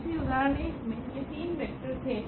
इसलिए उदाहरण 1 मे ये तीन वेक्टर थे